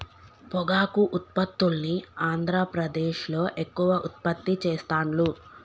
పొగాకు ఉత్పత్తుల్ని ఆంద్రప్రదేశ్లో ఎక్కువ ఉత్పత్తి చెస్తాండ్లు